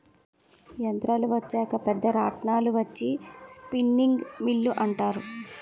యంత్రాలు వచ్చాక పెద్ద రాట్నాలు వచ్చి స్పిన్నింగ్ మిల్లు అంటారు